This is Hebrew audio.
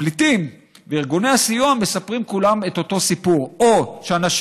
הפליטים וארגוני הסיוע מספרים כולם את אותו סיפור: אנשים